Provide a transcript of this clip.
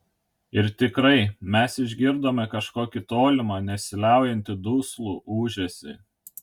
ir tikrai mes išgirdome kažkokį tolimą nesiliaujantį duslų ūžesį